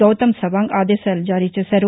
గౌతమ్ సవాంగ్ ఆదేశాలు జారీ చేశారు